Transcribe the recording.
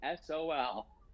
sol